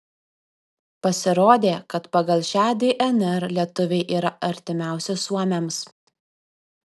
pasirodė kad pagal šią dnr lietuviai yra artimiausi suomiams